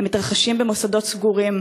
הם מתרחשים במוסדות סגורים